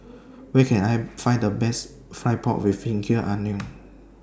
Where Can I Find The Best Fried Pork with Ginger Onions